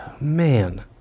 Man